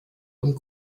und